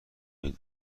روید